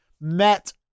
met